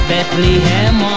Bethlehem